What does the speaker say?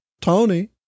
Tony